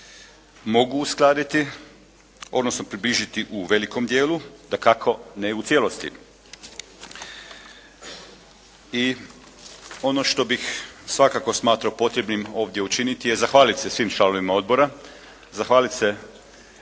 mogu uskladiti, odnosno približiti u velikom dijelu, dakako ne u cijelosti. I ono što bih svakako smatrao potrebnim ovdje učiniti je zahvaliti se svim članovima Odbora, zahvaliti se